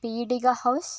Peedika house